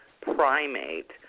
primate